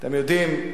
אתם יודעים,